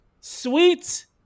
Sweet